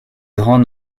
grand